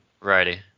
Righty